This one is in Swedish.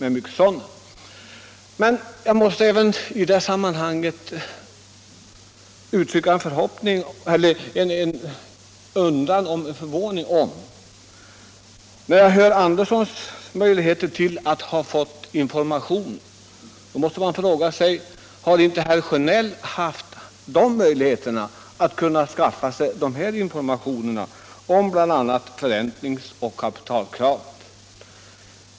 I det sammanhanget måste jag dock även uttrycka min undran och förvåning. När jag hör talas om herr Anderssons möjligheter att få information från banken kan man fråga sig, om inte herr Sjönell har haft samma möjligheter att skaffa sig sådan information, bl.a. om förräntningsoch kapitalkravet.